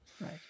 Right